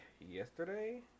yesterday